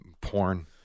porn